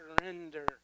surrender